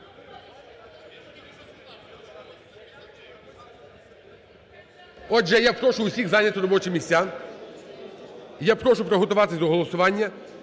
Отже, я прошу усіх зайняти робочі місця. я прошу приготуватися до голосування.